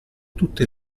tutte